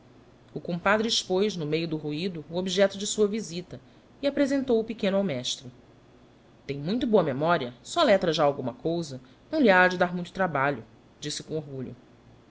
o compadre expoz no meio do ruido o objecto de sua visita e apresentou o pequeno ao mestre tem muito boa memoria soletra já alguma cousa nâo lhe ha de dar muito trabalho disse com orgulho